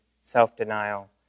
self-denial